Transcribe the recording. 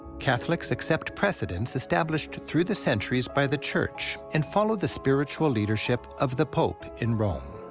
catholics accept precedents established through the centuries by the church, and follow the spiritual leadership of the pope in rome.